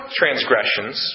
transgressions